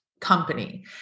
company